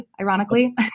ironically